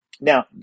Now